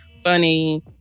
funny